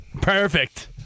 Perfect